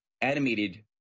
animated